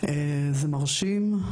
זה מרשים.